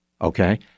Okay